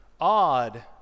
odd